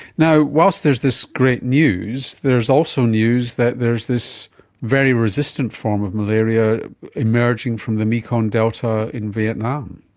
whilst there is this great news, there is also news that there is this very resistant form of malaria emerging from the mekong delta in vietnam.